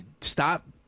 Stop